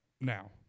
now